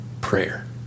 prayer